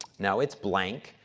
now, it's blank,